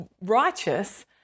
righteous